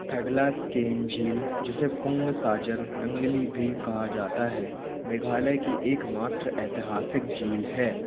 थडलास्केन झील जिसे पुंग साजर नंगली भी कहा जाता है मेघालय की एकमात्र ऐतिहासिक झील है